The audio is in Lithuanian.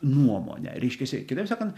nuomonę reiškiasi kitaip sakant